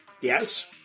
Yes